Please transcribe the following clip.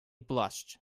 blushed